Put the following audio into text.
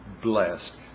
blessed